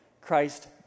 Christ